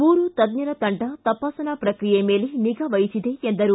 ಮೂರು ತಜ್ಞರ ತಂಡ ತಪಾಸಣಾ ಪ್ರಕ್ರಿಯೆ ಮೇಲೆ ನಿಗಾ ವಹಿಸಿದೆ ಎಂದರು